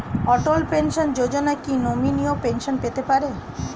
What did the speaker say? অটল pension Yojana কি নমনীয় pension পেতে পারে?